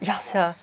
ya sia